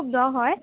খুব দ' হয়